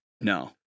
no